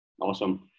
Awesome